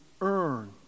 earn